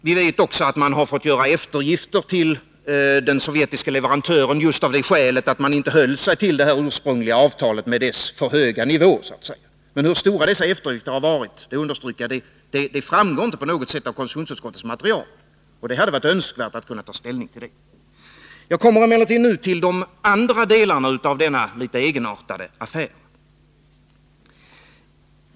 Vi vet också att man har fått göra eftergifter till den sovjetiske leverantören just av det skälet att man inte höll sig till det ursprungliga avtalet med dess för höga nivå. Men hur stora dessa eftergifter har varit — det vill jag understryka — framgår inte på något sätt av konstitutionsutskottets material. Det hade dock varit önskvärt att kunna ta ställning till denna sak. Jag kommer så till de andra delarna av denna litet egenartade affär.